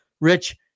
Rich